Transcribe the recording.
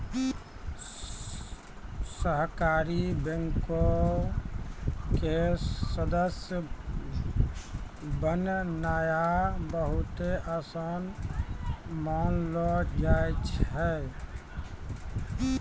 सहकारी बैंको के सदस्य बननाय बहुते असान मानलो जाय छै